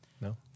No